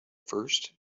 first